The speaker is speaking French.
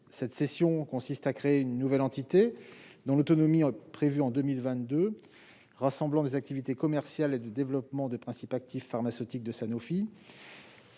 Cette cession consiste à créer une nouvelle entité, dont l'autonomie est prévue en 2022, rassemblant des activités commerciales et de développement de principes actifs pharmaceutiques de Sanofi,